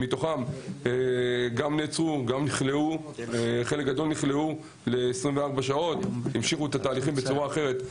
חלקם נעצרו ונכלאו ל-24 שעות והמשיכו את התהליכים בצורה אחרת.